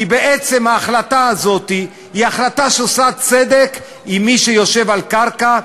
כי בעצם ההחלטה הזאת היא החלטה שעושה צדק עם מי שיושב על קרקע,